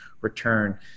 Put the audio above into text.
return